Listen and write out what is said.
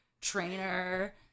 trainer